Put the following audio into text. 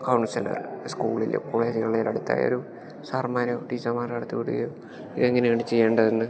councillor സ്കൂളിലോ കോളേജ്കളിലും അടുത്തായൊരു സാറുമാരോ ടീച്ചർമാരുടെ അടുത്ത് വിടുകയോ ഇതെങ്ങനെയാണ് ചെയ്യേണ്ടതെന്ന്